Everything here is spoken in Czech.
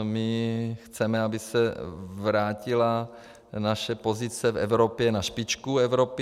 My chceme, aby se vrátila naše pozice v Evropě na špičku Evropy.